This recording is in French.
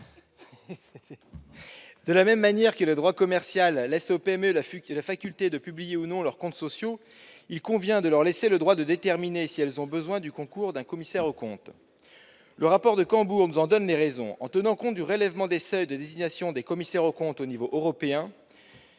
De la même manière que le droit commercial laisse aux PME la faculté de publier ou non leurs comptes sociaux, il convient de leur laisser le droit de déterminer si elles ont besoin du concours d'un commissaire aux comptes. Le rapport du comité d'experts présidé par Patrick de Cambourg nous en donne les raisons. « En tenant compte du relèvement des seuils de désignation des commissaires aux comptes au niveau européen,